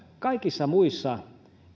kaikissa muissa